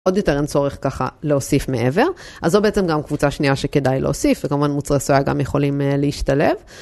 עוד יותר אין צורך ככה להוסיף מעבר, אז זו בעצם גם קבוצה שנייה שכדאי להוסיף, וכמובן מוצרי סויה גם יכולים להשתלב.